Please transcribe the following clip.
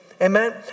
Amen